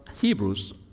Hebrews